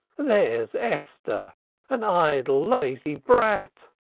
there's esther an idle, lazy brat,